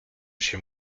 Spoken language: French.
chez